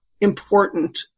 important